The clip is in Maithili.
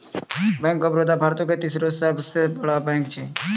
बैंक आफ बड़ौदा भारतो के तेसरो सभ से बड़का बैंक छै